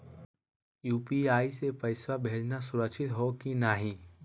UPI स पैसवा भेजना सुरक्षित हो की नाहीं?